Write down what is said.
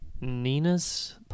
Nina's